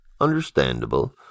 Understandable